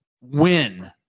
win